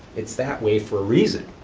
it's that way for a reason.